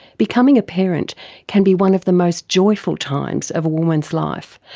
becoming a parent can be one of the most joyful times of a woman's life,